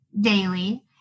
daily